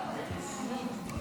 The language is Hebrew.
ולמשרתי מילואים),